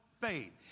faith